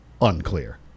Unclear